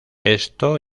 esto